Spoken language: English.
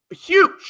huge